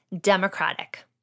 democratic